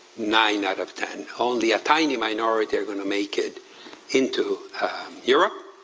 nine out of ten. only a tiny minority are gonna make it into europe